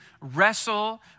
wrestle